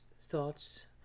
thoughts